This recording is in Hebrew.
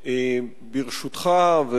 ברשותך,